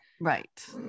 Right